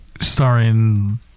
Starring